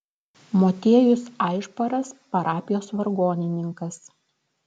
motiejus aišparas parapijos vargonininkas